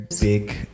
big